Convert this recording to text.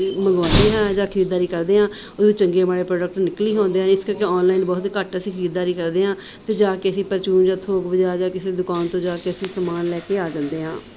ਅ ਮੰਗਵਾਉਂਦੇ ਹਾਂ ਜਾਂ ਖਰੀਦਦਾਰੀ ਕਰਦੇ ਹਾਂ ਉਹ ਚੰਗੇ ਮਾੜੇ ਪ੍ਰੋਡਕਟ ਨਿਕਲ ਹੀ ਆਉਂਦੇ ਆ ਇਸ ਕਰਕੇ ਔਨਲਾਈਨ ਬਹੁਤ ਘੱਟ ਅਸੀਂ ਖਰੀਦਦਾਰੀ ਕਰਦੇ ਹਾਂ ਅਤੇ ਜਾ ਕੇ ਅਸੀਂ ਪਰਚੂਨ ਜਾਂ ਥੋਕ ਬਾਜ਼ਾਰ ਜਾਂ ਕਿਸੇ ਦੁਕਾਨ ਤੋਂ ਜਾ ਕੇ ਅਸੀਂ ਸਮਾਨ ਲੈ ਕੇ ਆ ਜਾਂਦੇ ਹਾਂ